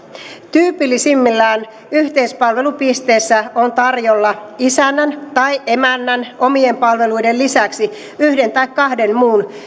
tyypillisimmillään yhteispalvelupisteessä on tarjolla isännän tai emännän omien palveluiden lisäksi yhden tai kahden muun